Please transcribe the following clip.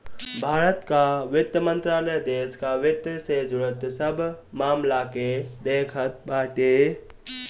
भारत कअ वित्त मंत्रालय देस कअ वित्त से जुड़ल सब मामल के देखत बाटे